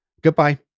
goodbye